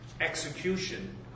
execution